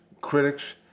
critics